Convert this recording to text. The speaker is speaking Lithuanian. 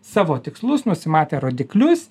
savo tikslus nusimatę rodiklius